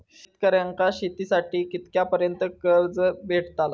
शेतकऱ्यांका शेतीसाठी कितक्या पर्यंत कर्ज भेटताला?